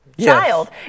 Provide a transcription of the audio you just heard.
child